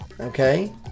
Okay